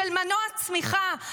של מנוע צמיחה,